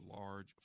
large